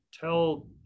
tell